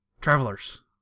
travelers